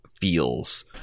feels